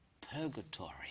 purgatory